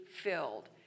filled